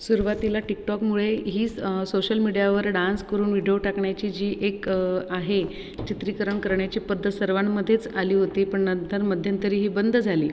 सुरुवातीला टीकटॉकमुळे ही सोशल मिडीयावर डान्स करून विडीओ टाकण्याची जी एक आहे चित्रीकरण करण्याची पद्धत सर्वांमध्येच आली होती पण नंतर मध्यंतरी ही बंद झाली